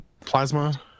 Plasma